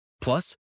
Plus